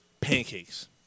pancakes